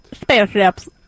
spaceships